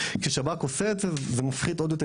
כשב"כ עושה את זה זה מפחית עוד יותר